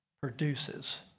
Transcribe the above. produces